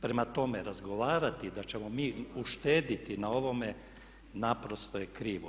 Prema tome, razgovarati da ćemo mi uštediti na ovome naprosto je krivo.